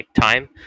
time